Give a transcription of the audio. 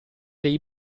dei